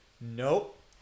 nope